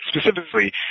specifically